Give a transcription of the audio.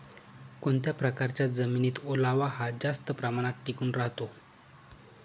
कोणत्या प्रकारच्या जमिनीत ओलावा हा जास्त प्रमाणात टिकून राहतो?